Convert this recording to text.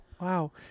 Wow